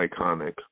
iconic